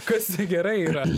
kas negerai yra